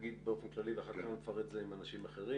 תגיד באופן כללי ואחר כך נפרט את זה עם אנשים אחרים.